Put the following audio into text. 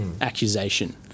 accusation